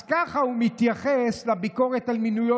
אז ככה הוא מתייחס לביקורת על מינויו